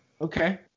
Okay